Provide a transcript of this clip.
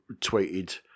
tweeted